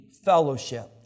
fellowship